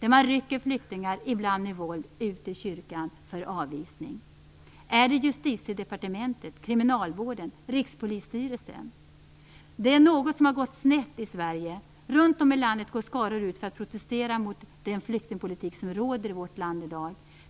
när man, ibland med våld, rycker flyktingar ut ur kyrkan för avvisning? Är det Justitiedepartementet? Kriminalvården? Rikspolisstyrelsen? Det är något som har gått snett i Sverige. Runt om i landet går skaror ut för att protestera mot den flyktingpolitik som råder i vårt land i dag.